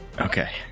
Okay